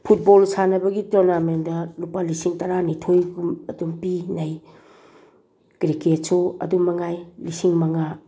football ꯁꯥꯟꯅꯕꯒꯤ ꯇꯣꯔꯅꯥꯃꯦꯟꯗ ꯂꯨꯄꯥ ꯂꯤꯁꯤꯡ ꯇꯔꯥꯅꯤꯊꯣꯏꯒꯨꯝ ꯑꯗꯨꯝ ꯄꯤꯅꯩ ꯀ꯭ꯔꯤꯛꯀꯦꯠꯁꯨ ꯑꯗꯨꯃꯉꯥꯏ ꯂꯤꯁꯤꯡ ꯃꯉꯥ